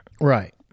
Right